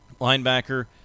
Linebacker